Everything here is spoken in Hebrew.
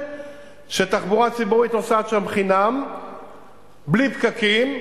- שתחבורה ציבורית נוסעת שם חינם בלי פקקים,